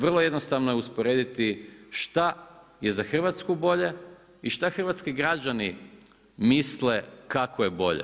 Vrlo je jednostavno usporediti šta je za Hrvatsku bolje i šta hrvatski građani misle kako je bolje.